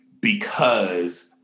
because-